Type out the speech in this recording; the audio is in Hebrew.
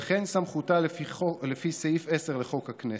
וכן סמכות לפי סעיף 10 לחוק הכנסת.